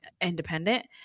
independent